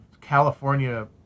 California